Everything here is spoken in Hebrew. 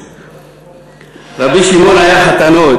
רבי שמעון היה חתנו,